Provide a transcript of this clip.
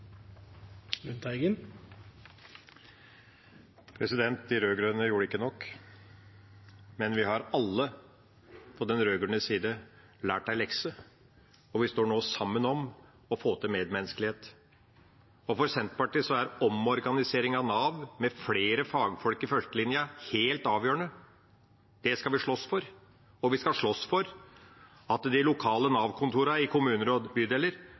De rød-grønne gjorde ikke nok, men vi har alle på den rød-grønne siden lært en lekse, og vi står nå sammen om å få til medmenneskelighet. For Senterpartiet er omorganisering av Nav med flere fagfolk i førstelinja helt avgjørende. Det skal vi slåss for, og vi skal slåss for at de lokale Nav-kontorene i kommuner og bydeler